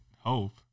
hope